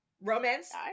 romance